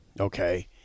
Okay